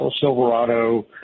Silverado